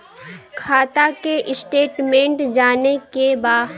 खाता के स्टेटमेंट जाने के बा?